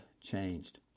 changed